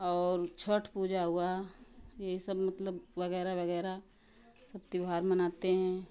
और छठ पूजा हुआ ये सब मतलब वगैरह वगैरह सब त्यौहार मानते हैं